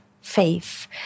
faith